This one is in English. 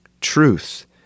truth